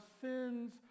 sins